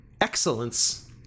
excellence